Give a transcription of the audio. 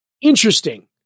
interesting